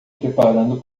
preparando